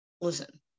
listen